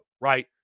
right